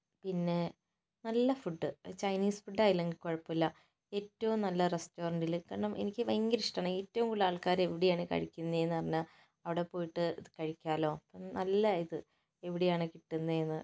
പിന്നെ നല്ല food Chinese food ആയാലും എനിക്ക് കുഴപ്പമില്ല ഏറ്റവും നല്ല റസ്റ്റോറന്റിലെ കാരണം എനിക്ക് ഭയങ്കര ഇഷ്ടമാണ് ഏറ്റവും കൂടുതൽ ആൾക്കാർ എവിടെയാണ് കഴിക്കുന്നത് എന്ന് അറിഞ്ഞാൽ അവിടെ പോയിട്ട് കഴിക്കാമല്ലോ നല്ല ഇത് എവിടെയാണ് കിട്ടുന്നതെന്ന്